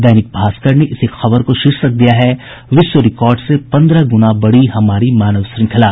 दैनिक भास्कर ने इसी खबर को शीर्षक दिया है विश्व रिकॉर्ड से पन्द्रह गुना बड़ी हमारी मानव श्रृंखला